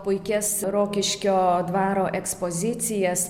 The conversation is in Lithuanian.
puikias rokiškio dvaro ekspozicijas